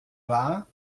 war